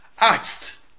asked